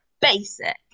basic